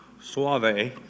Suave